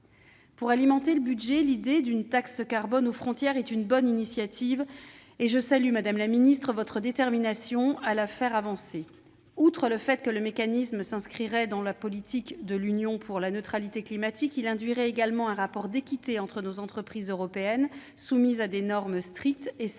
Pour alimenter le budget, l'idée de créer une taxe carbone aux frontières est pertinente ; je salue, madame la secrétaire d'État, votre détermination à la faire avancer. Outre que le mécanisme s'inscrirait dans la politique de l'Union pour la neutralité climatique, sa mise en oeuvre induirait un rapport d'équité entre nos entreprises européennes, soumises à des normes strictes, et celles